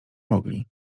mogli